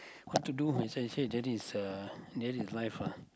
what to do I say that is uh that is life lah